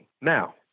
Now